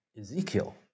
Ezekiel